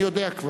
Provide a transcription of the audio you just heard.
אני כבר יודע.